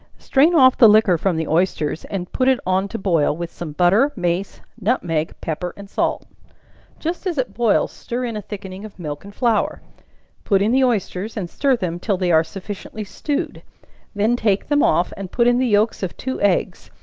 strain off the liquor from the oysters, and put it on to boil, with some butter, mace, nutmeg, pepper and salt just as it boils, stir in a thickening of milk and flour put in the oysters, and stir them till they are sufficiently stewed then take them off, and put in the yelks of two eggs,